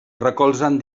recolzen